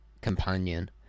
companion